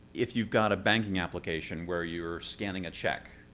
if you've got a banking application, where you're scanning a check,